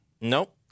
Nope